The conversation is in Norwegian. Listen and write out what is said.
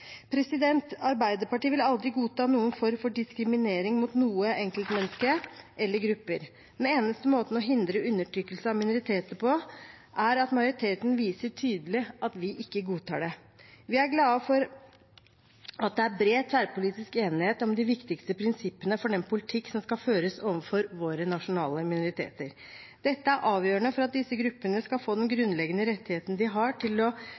Arbeiderpartiet vil aldri godta noen form for diskriminering mot noe enkeltmenneske eller grupper. Den eneste måten å hindre undertrykkelse av minoriteter på er at majoriteten viser tydelig at vi ikke godtar det. Vi er glade for at det er bred tverrpolitisk enighet om de viktigste prinsippene for den politikk som skal føres overfor våre nasjonale minoriteter. Dette er avgjørende for at disse gruppene skal få den grunnleggende rettigheten de har til å